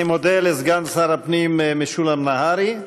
אני מודה לסגן שר הפנים משולם נהרי.